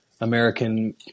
American